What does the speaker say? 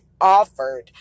offered